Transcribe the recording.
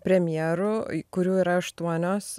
premjerų kurių yra aštuonios